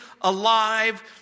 alive